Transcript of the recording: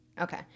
Okay